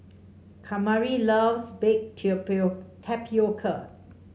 Kamari loves Baked Tapioca